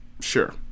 sure